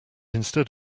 instead